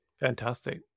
Fantastic